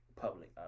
public